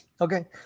Okay